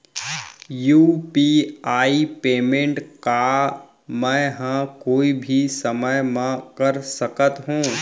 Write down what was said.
UPI payment का मैं ह कोई भी समय म कर सकत हो?